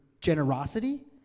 generosity